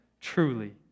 truly